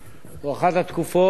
אולי העצובות ביותר